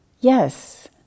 Yes